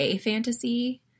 fantasy